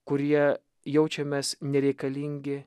kurie jaučiamės nereikalingi